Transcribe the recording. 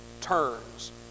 turns